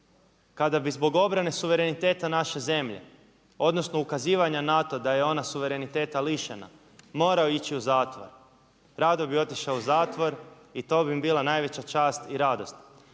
kada bi zbog obrane suvereniteta naše zemlje odnosno ukazivanja na to da je ona suvereniteta lišena morao ići u zatvor, rado bi otišao u zatvor i to bi mi bila najveća čast i radost.